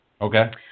Okay